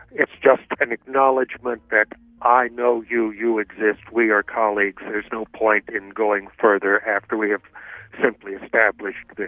it's just an acknowledgement that i know you, you exist, we are colleagues, there's no point in going further after we have simply established this.